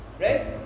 right